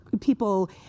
people